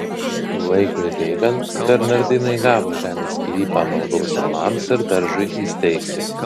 laikui bėgant bernardinai gavo žemės sklypą maldos namams ir daržui įsteigti